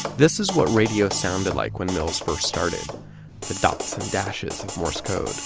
this is what radio sounded like when mills first started the dots and dashes of morse code